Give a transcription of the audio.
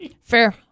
Fair